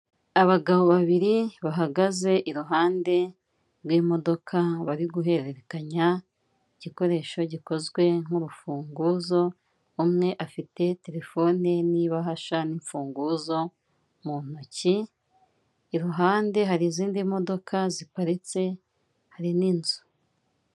Abagabo babiri bahagaze iruhande rw'imodoka, bari guhererekanya igikoresho gikozwe nk'urufunguzo, umwe afite telefone n'ibahasha n'imfunguzo mu ntoki, iruhande hari izindi modoka ziparitse hari n'inzu.